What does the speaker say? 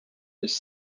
his